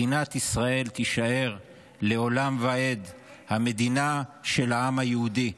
מדינת ישראל תישאר לעולם ועד המדינה של העם היהודי,